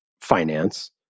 finance